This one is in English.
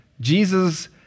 Jesus